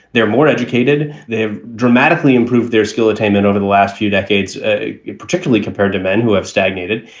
they're more educated, they have dramatically improved their skill attainment over the last few decades, ah particularly compared to men who have stagnated.